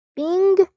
bing